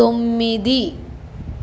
తొమ్మిది